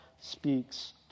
speaks